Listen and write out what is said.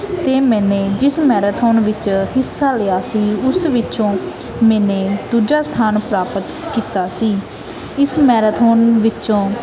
ਅਤੇ ਮੈਨੇ ਜਿਸ ਮੈਰਾਥੋਨ ਵਿੱਚ ਹਿੱਸਾ ਲਿਆ ਸੀ ਉਸ ਵਿੱਚੋਂ ਮੈਨੇ ਦੂਜਾ ਸਥਾਨ ਪ੍ਰਾਪਤ ਕੀਤਾ ਸੀ ਇਸ ਮੈਰਾਥੋਨ ਵਿੱਚੋਂ